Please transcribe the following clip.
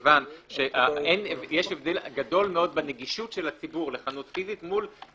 כי יש הבדל גדול מאוד בנגישות של הציבור לחנות פיזית מול